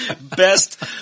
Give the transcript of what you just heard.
Best